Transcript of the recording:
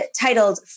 titled